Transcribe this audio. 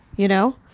you know?